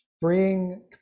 bring